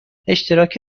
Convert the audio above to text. اشتراک